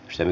sen